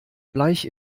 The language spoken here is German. bleich